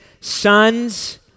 sons